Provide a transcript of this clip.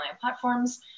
platforms